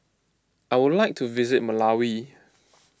I would like to visit Malawi